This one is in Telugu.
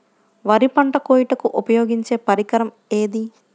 వరి పంట కోయుటకు ఉపయోగించే పరికరం ఏది?